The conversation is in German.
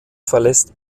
verlässt